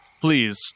please